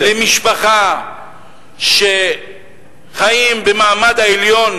העליון תשלם מס על מים,